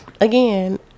again